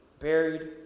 buried